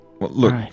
Look